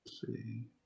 See